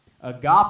Agape